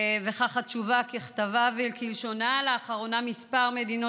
וכך התשובה ככתבה וכלשונה: לאחרונה כמה מדינות